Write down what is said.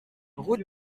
route